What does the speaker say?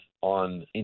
on